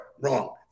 wrong